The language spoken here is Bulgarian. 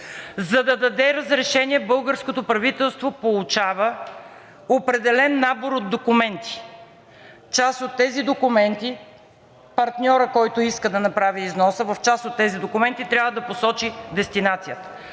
За да даде разрешение, българското правителство получава определен набор от документи. В част от тези документи партньорът, който иска да направи износа, трябва да посочи дестинацията.